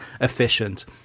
efficient